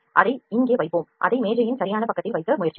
அதை இங்கே வைப்போம் அதை மேஜை யின் சரியான பக்கத்தில் வைக்க முயற்சிப்போம்